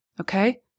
okay